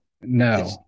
No